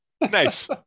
nice